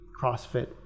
CrossFit